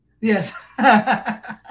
yes